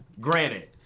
granted